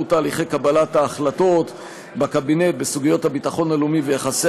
תהליכי קבלת ההחלטות בקבינט בסוגיות הביטחון הלאומי ויחסי